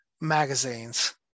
magazines